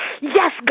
Yes